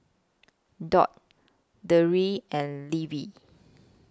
Dot Deidre and Levi